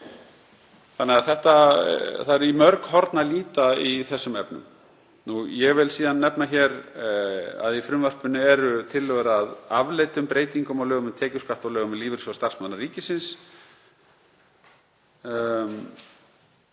þannig að það er í mörg horn að líta í þessum efnum. Ég vil síðan nefna hér að í frumvarpinu eru tillögur að afleiddum breytingum á lögum um tekjuskatt og lögum um lífeyrissjóð starfsmanna ríkisins.